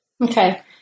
Okay